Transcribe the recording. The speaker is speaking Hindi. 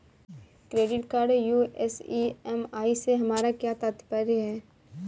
क्रेडिट कार्ड यू.एस ई.एम.आई से हमारा क्या तात्पर्य है?